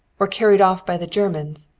or carried off by the germans?